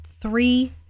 three